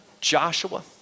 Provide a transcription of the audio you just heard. Joshua